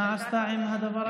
מה היא עשתה עם הדבר הזה?